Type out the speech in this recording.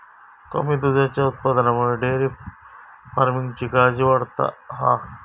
कमी दुधाच्या उत्पादनामुळे डेअरी फार्मिंगची काळजी वाढता हा